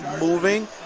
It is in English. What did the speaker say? moving